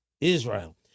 Israel